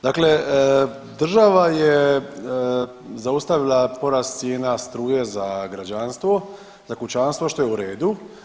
Dakle, država je zaustavila porast cijena struje za građanstvo, za kućanstvo što je u redu.